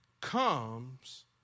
comes